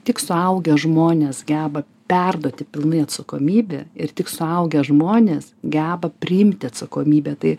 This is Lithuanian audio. tik suaugę žmonės geba perduoti pilnai atsakomybę ir tik suaugę žmonės geba priimti atsakomybę tai